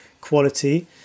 quality